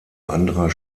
anderer